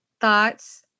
thoughts